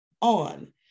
On